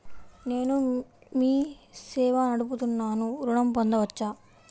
నేను మీ సేవా నడుపుతున్నాను ఋణం పొందవచ్చా?